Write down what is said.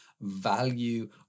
value